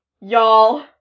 y'all